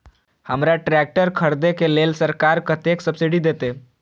हमरा ट्रैक्टर खरदे के लेल सरकार कतेक सब्सीडी देते?